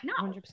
no